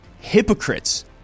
Hypocrites